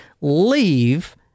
leave